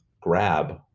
Grab